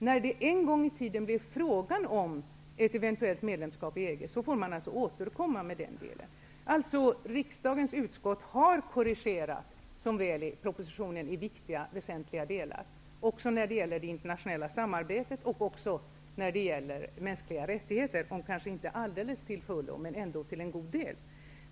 När det en gång i tiden blir fråga om ett eventuellt medlemskap i EG får man återkomma i den delen. Riksdagens utskott har alltså, som väl är, korrigerat propositionen i väsentliga delar, också när det gäller det internationella samarbetet och de mänskliga rättigheterna, kanske inte alldeles till fullo, men ändå till en god del.